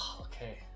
okay